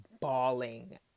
bawling